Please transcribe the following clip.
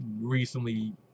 recently